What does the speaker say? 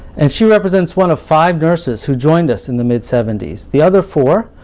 and she represents one of five nurses who joined us in the mid seventy s. the other four,